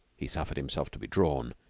he suffered himself to be drawn,